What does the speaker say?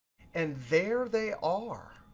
and there they are.